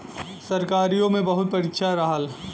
सरकारीओ मे बहुत परीक्षा रहल